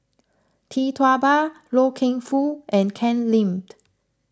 Tee Tua Ba Loy Keng Foo and Ken Limed